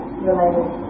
related